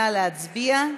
נא להצביע.